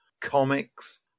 comics